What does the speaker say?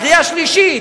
קריאה שלישית,